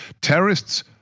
Terrorists